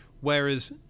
whereas